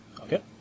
Okay